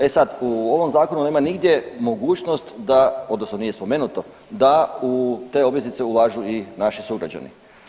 E sad, u ovom zakonu nema nigdje mogućnost da odnosno nije spomenuto da u te obveznice ulažu i naši sugrađani.